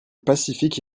pacifique